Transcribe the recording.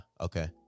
Okay